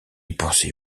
pensez